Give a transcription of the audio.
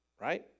right